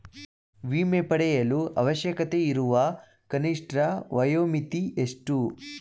ವಿಮೆ ಪಡೆಯಲು ಅವಶ್ಯಕತೆಯಿರುವ ಕನಿಷ್ಠ ವಯೋಮಿತಿ ಎಷ್ಟು?